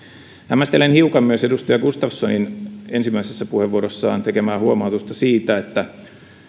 hämmästelen hiukan myös edustaja gustafssonin ensimmäisessä puheenvuorossaan tekemää huomautusta siitä että